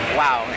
wow